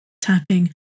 tapping